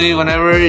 whenever